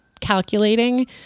calculating